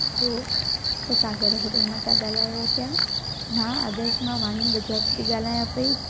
hello तव्हां Sagar hotel मां था ॻाल्हायो पिया मां आदर्श मां वाणी बजाज थी ॻाल्हायां पई